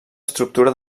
estructura